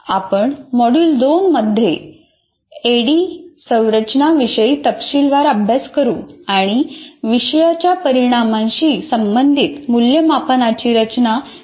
आपण मॉड्यूल 2 मध्ये एडीडीईच्या संरचना विषयी तपशीलवार अभ्यास करू आणि विषयाच्या परिणामांशी संबंधित मूल्यमापनाची रचना करण्यास शिकू